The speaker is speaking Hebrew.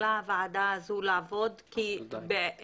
אמרו לנו אם אתם רוצים, בואו ונעשה לכם.